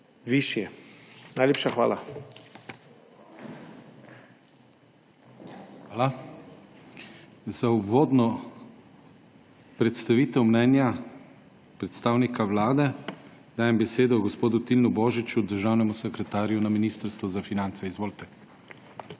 DANIJEL KRIVEC: Hvala. Za uvodno predstavitev mnenja predstavnika Vlade dajem besedi gospodu Tilnu Božiču, državnemu sekretarju na Ministrstvu za finance. Izvolite.